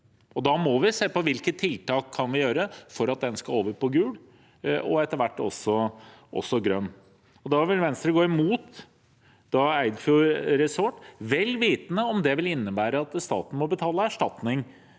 Da må vi se på hvilke tiltak vi kan gjøre for at den skal over på gul og etter hvert også grønn. Da vil Venstre gå imot Eidfjord Resort vel vitende om at det vil innebære at staten må betale erstatning